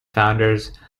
founders